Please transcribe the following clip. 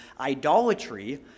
idolatry